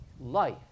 life